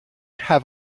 have